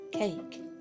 Cake